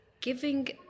giving